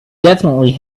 definitely